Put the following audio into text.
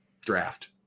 draft